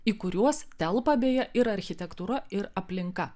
į kuriuos telpa beje ir architektūra ir aplinka